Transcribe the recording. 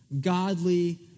godly